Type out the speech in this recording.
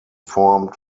formed